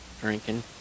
drinking